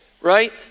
right